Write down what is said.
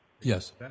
Yes